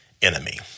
Enemy